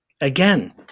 again